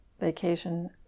vacation